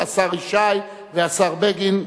השר ישי והשר בגין,